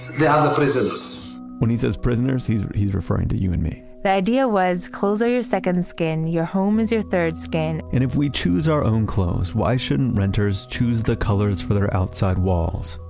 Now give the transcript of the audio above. the other prisoners when he says prisoners he's he's referring to you and me the idea was clothes are your second skin, your home is your third skin and if we choose our own clothes, why shouldn't renters choose the colors for their outside walls,